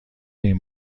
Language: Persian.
این